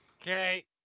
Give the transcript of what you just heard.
Okay